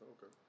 Okay